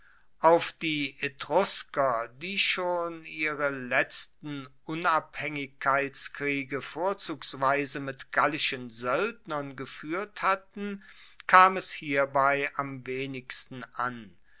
auf die etrusker die schon ihre letzten unabhaengigkeitskriege vorzugsweise mit gallischen soeldnern gefuehrt hatten kam es hierbei am wenigsten an